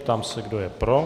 Ptám se, kdo je pro.